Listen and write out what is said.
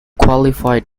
qualified